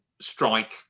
strike